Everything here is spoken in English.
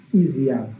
easier